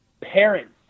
parents